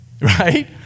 Right